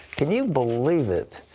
can you believe it,